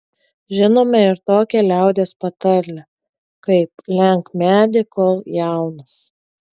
žinome ir tokią liaudies patarlę kaip lenk medį kol jaunas